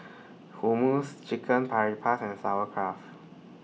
Hummus Chicken and Sauerkraut